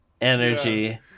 energy